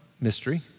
mystery